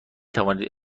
توانید